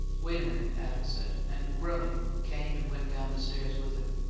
wait a minute, adams said, and, groaning, came and went down the stairs with him.